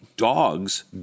Dogs